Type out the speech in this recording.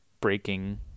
Breaking